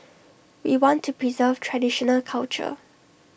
we want to preserve traditional culture